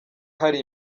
hari